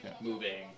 moving